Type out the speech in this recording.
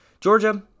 Georgia